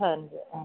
പതിനഞ്ച് ആ